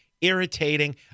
Irritating